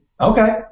okay